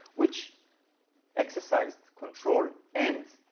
which exercised control and